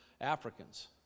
Africans